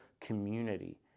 community